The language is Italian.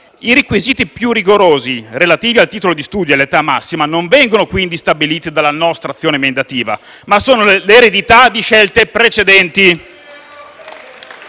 I requisiti più rigorosi relativi al titolo di studio e all'età massima non vengono, quindi, stabiliti dalla nostra azione emendativa, ma sono l'eredità di scelte precedenti.